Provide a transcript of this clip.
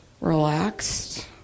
relaxed